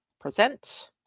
Present